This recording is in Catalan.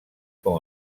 com